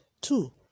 two